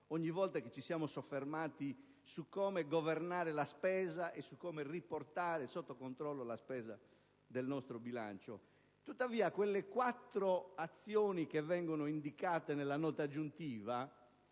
ogni volta che ci siamo soffermati su come governare la spesa e su come riportare sotto controllo la spesa del nostro bilancio. Tuttavia le quattro azioni indicate nella nota aggiuntiva